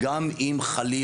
גם אם חלילה